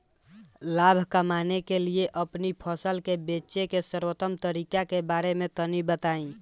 लाभ कमाने के लिए अपनी फसल के बेचे के सर्वोत्तम तरीके के बारे में तनी बताई?